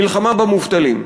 מלחמה במובטלים.